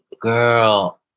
girl